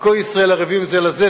וכל ישראל ערבים זה לזה.